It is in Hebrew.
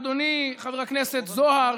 אדוני חבר הכנסת זוהר,